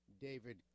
David